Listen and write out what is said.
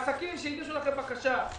עסקים שהגישו לכם בקשה,